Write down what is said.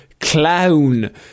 clown